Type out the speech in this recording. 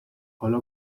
حالا